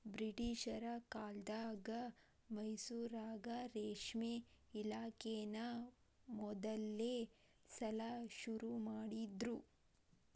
ಬ್ರಿಟಿಷರ ಕಾಲ್ದಗ ಮೈಸೂರಾಗ ರೇಷ್ಮೆ ಇಲಾಖೆನಾ ಮೊದಲ್ನೇ ಸಲಾ ಶುರು ಮಾಡಿದ್ರು